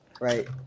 right